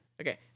Okay